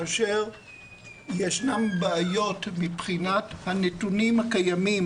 כאשר יש בעיות מבחינת הנתונים הקיימים,